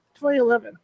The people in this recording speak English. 2011